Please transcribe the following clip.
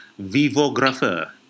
Vivographer